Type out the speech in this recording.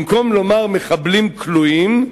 במקום לומר "מחבלים כלואים",